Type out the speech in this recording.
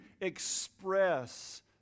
express